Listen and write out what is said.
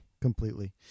completely